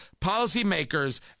Policymakers